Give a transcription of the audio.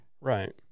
Right